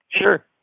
Sure